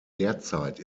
derzeit